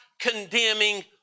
condemning